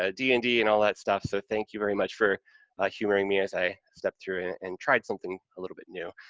ah d and d and all that stuff, so thank you very much for humoring me as i stepped through and tried something a little bit new.